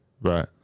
Right